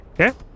Okay